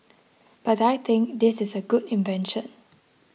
but I think this is a good invention